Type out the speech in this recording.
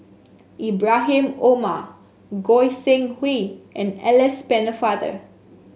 Ibrahim Omar Goi Seng Hui and Alice Pennefather